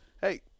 hey –